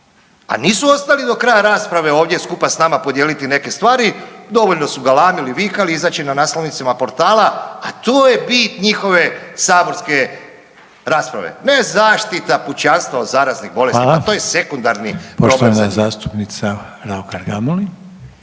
a nisu ostali do kraja rasprave ovdje skupa s nama podijeliti neke stvari, dovoljno su galamili i vikali, izaći će na naslovnicama portala, a to je bit njihove saborske rasprave, ne zaštita pučanstva od zaraznih bolesti, pa to je sekundarni problem za njih. **Reiner, Željko